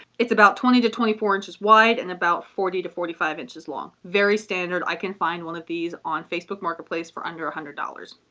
it's about twenty to twenty four inches wide and about forty to forty five inches long. very standard, i can find one of these on facebook marketplace for under one hundred dollars.